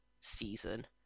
season